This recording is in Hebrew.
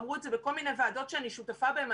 אמרו את זה בכל מיני ועדות שאני שותפה בהן.